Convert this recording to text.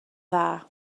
dda